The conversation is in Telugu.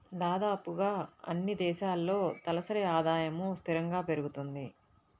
దాదాపుగా అన్నీ దేశాల్లో తలసరి ఆదాయము స్థిరంగా పెరుగుతుంది